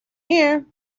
here